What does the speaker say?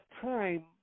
time